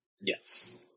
Yes